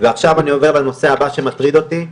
ועכשיו אני עובר לנושא הבא שמטריד אותי,